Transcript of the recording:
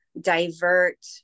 divert